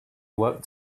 worked